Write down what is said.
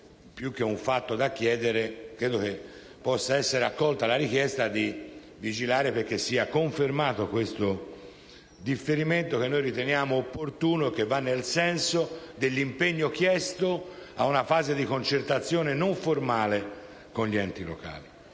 Poste italiane; dunque credo che possa essere accolta la richiesta di vigilare perché sia confermato questo differimento, che noi riteniamo opportuno e che va nel senso dell'impegno chiesto per una fase di concertazione non formale con gli enti locali.